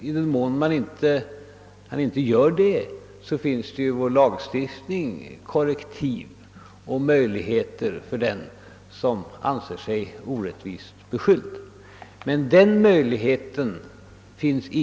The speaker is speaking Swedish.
I den mån han inte gör detta finns det ju i vår lagstiftning korrektiv, och den som anser sig orättvist beskylld har alltså möjlighet att tillvarata sina intressen.